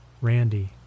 Randy